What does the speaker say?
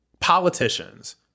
politicians